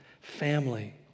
family